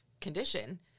condition